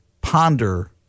ponder